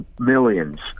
millions